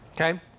okay